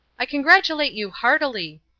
i congratulate you heartily,